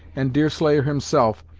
and deerslayer, himself,